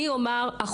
אין.